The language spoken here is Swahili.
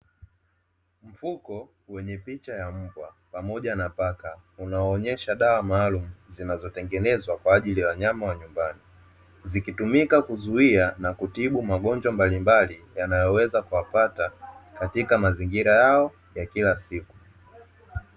Mfuko wenye picha ya mbwa pamoja na paka unaonyesha dawa maalumu zinazotengenezwa kwaajili ya wanyama wa nyumbani, zikitumika kuzuia na kutibu magonjwa mbalimbali yanayoweza kuwapata katika mazingira yao ya kila siku.